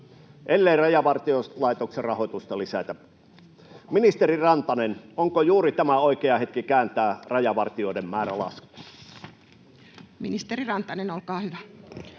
ellei Rajavartiolaitoksen rahoitusta lisätä. Ministeri Rantanen, onko juuri tämä oikea hetki kääntää rajavartijoiden määrä laskuun? [Ben Zyskowicz: